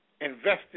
invested